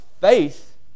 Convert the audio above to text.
faith